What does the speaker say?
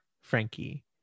Frankie